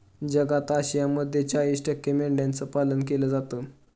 जगात आशियामध्ये चाळीस टक्के मेंढ्यांचं पालन केलं जातं